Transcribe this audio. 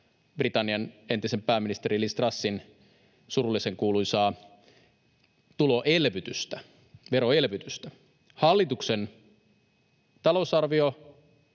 Britannian entisen pääministerin Liz Trussin surullisenkuuluisaa tuloelvytystä, veroelvytystä. Hallituksen talousarvio